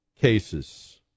cases